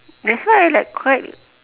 that's why I like quite